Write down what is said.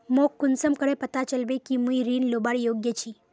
मोक कुंसम करे पता चलबे कि मुई ऋण लुबार योग्य छी?